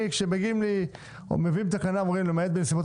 כאשר מביאים תקנה ואומרים למעט בנסיבות